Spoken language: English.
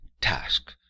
task